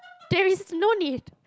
there is no need